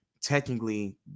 Technically